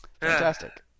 Fantastic